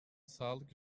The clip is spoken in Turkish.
sağlık